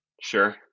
Sure